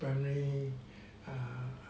primary err